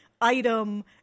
item